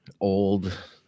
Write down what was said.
Old